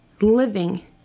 living